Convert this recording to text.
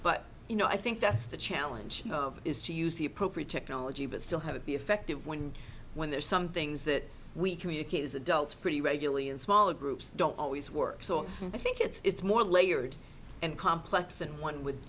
but you know i think that's the challenge is to use the appropriate technology but still have it be effective when when there are some things that we communicate as adults pretty regularly in small groups don't always work so i think it's more layered and complex than one w